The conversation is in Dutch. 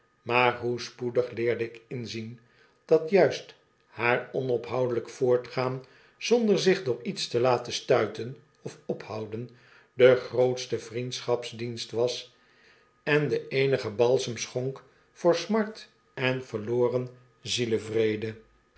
maar hoe spoedig leerde ik inzien dat juist haar onophoudelijk voortgaan zonder zich door iets te laten stuiten of ophouden de grootste vriendschapsdienst was en den eenigen balsem schonk voor smart en verloren